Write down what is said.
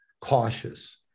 cautious